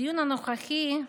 בדיון הנוכחי,